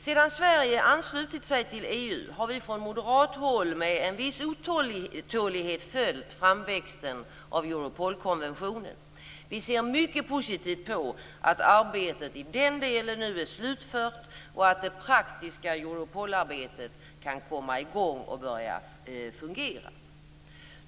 Sedan Sverige anslutit sig till EU har vi från moderat håll med en viss otålighet följt framväxten av Europolkonventionen. Vi ser mycket positivt på att arbetet i den delen nu är slutfört och att det praktiska Europolarbetet kan komma i gång och börja fungera.